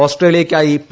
ആസ്ട്രേലിയക്കായി P